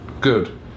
Good